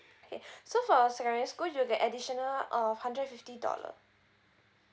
okay so for secondary school you have the additional of hundred fifty dollar